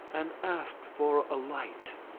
and asked for a light.